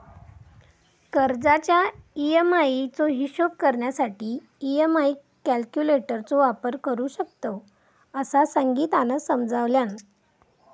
कर्जाच्या ई.एम्.आई चो हिशोब करण्यासाठी ई.एम्.आई कॅल्क्युलेटर चो वापर करू शकतव, असा संगीतानं समजावल्यान